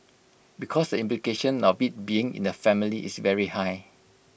because the implication of IT being in the family is very high